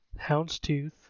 Houndstooth